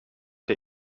der